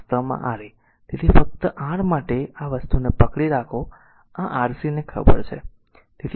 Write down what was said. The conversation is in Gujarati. તેથી આ વાસ્તવમાં R a તેથી ફક્ત r માટે આ વસ્તુને પકડી રાખો આ Rc ને ખબર છે